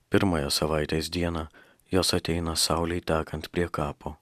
pirmąją savaitės dieną jos ateina saulei tekant prie kapo